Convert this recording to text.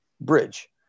bridge